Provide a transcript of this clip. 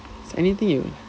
anything